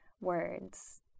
words